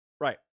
Right